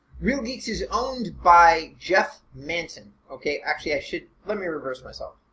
real geeks is owned by jeff manson. ok actually i should, let me reverse myself.